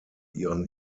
ihren